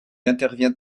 intervient